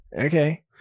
okay